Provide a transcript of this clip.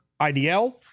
IDL